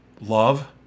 love